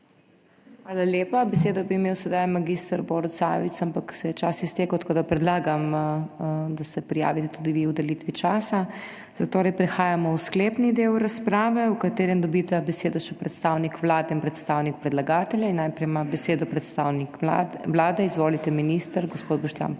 Hvala lepa. Besedo bi imel sedaj mag. Borut Sajovic, ampak se je čas iztekel, tako da predlagam, da se prijavite tudi vi v delitvi časa. Zatorej, prehajamo v sklepni del razprave, v katerem dobita besedo še predstavnik Vlade in predstavnik predlagatelja. In najprej ima besedo predstavnik Vlade, izvolite minister gospod Boštjan Poklukar.